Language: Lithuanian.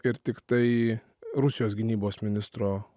ir tiktai rusijos gynybos ministro